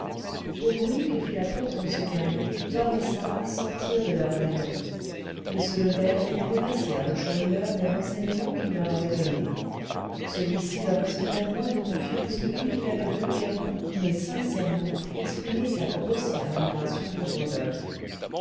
au bruit que fit la porte en se fermant tom et sarah sortirent de leur rêverie ils se levèrent et remercièrent le chourineur des renseignements qu'il leur avait donnés celui-ci leur inspirait moins de confiance depuis qu'il avait vulgairement mais sincèrement exprimé sa grossière admiration pour rodolphe